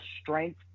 strength